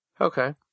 Okay